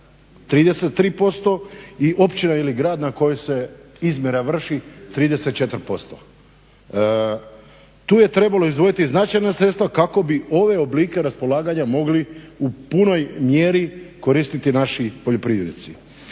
33% i općina ili grad na kojoj se izmjera vrši 34%. Tu je trebalo izdvojiti značajna sredstva kako bi ove oblike raspolaganja mogli u punoj mjeri koristiti naši poljoprivrednici.